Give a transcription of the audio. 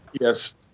Yes